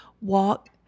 walk